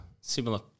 similar